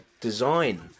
design